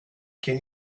can